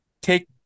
take